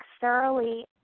thoroughly